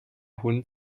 hund